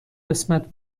قسمت